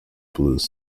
blues